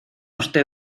usted